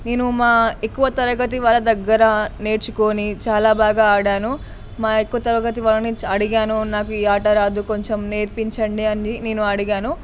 నేను మా ఎక్కువ తరగతి వాళ్ళ దగ్గర నేర్చుకుని చాలా బాగా ఆడాను మా ఎక్కువ తరగతి వాళ్ళని అడిగాను నాకు ఈ ఆట రాదు కొంచెం నేర్పించండి అని నేను అడిగాను